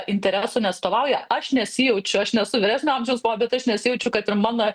interesų neatstovauja aš nesijaučiu aš nesu vyresnio amžiaus mo bet aš nesijaučiu kad ir mano